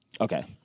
Okay